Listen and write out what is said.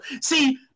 See